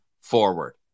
forward